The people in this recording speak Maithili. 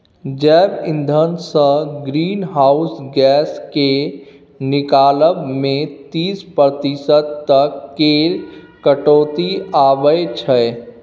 जैब इंधनसँ ग्रीन हाउस गैस केर निकलब मे तीस प्रतिशत तक केर कटौती आबय छै